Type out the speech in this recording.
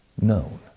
known